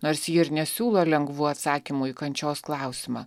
nors ji ir nesiūlo lengvų atsakymų į kančios klausimą